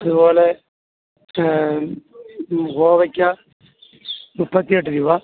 അതുപോലെ കോവക്ക മുപ്പത്തി എട്ട് രൂപ